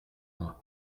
mois